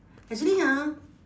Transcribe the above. actually ha